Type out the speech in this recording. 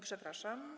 Przepraszam.